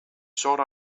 sought